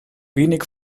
wenig